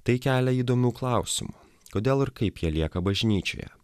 tai kelia įdomių klausimų kodėl ir kaip jie lieka bažnyčioje